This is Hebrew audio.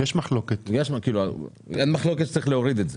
אין מחלוקת בוועדה שצריך להוריד את זה,